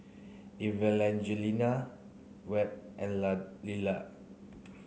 Evangelina Webb and Lillard